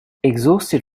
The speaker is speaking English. exhausted